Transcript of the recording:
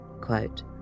quote